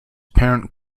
parent